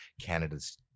canada's